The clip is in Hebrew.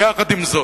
עם זאת,